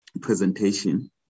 presentation